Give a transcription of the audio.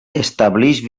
estableix